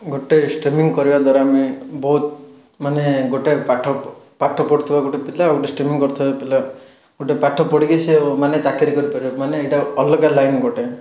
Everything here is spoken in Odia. ଗୋଟେ ଷ୍ଟେମିଙ୍ଗ୍ କରିବା ଦ୍ୱାରା ଆମେ ବହୁତ ମାନେ ଗୋଟେ ପାଠ ପାଠ ପଢ଼ୁଥିବା ଗୋଟେ ପିଲା ଆଉ ଗୋଟେ ଷ୍ଟେମିଙ୍ଗ୍ କରୁଥିବା ପିଲା ଗୋଟେ ପାଠ ପଢ଼ିକି ସିଏ ମାନେ ଚାକିରି କରିପାରିବ ମାନେ ଏଇଟା ଅଲଗା ଲାଇନ୍ ଗୋଟେ